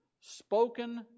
spoken